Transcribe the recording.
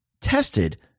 tested